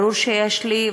ברור שיש לי,